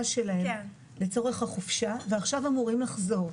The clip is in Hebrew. שלהם לצורך החופשה ועכשיו אמורים לחזור.